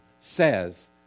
says